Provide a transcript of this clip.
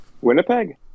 Winnipeg